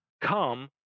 come